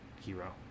hero